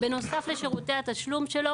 בנוסף לשירותי התשלום שלו